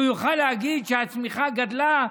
שהוא יוכל להגיד שהצמיחה גדלה,